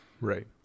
right